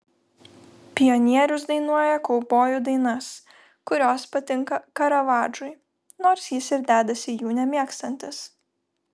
pionierius dainuoja kaubojų dainas kurios patinka karavadžui nors jis ir dedasi jų nemėgstantis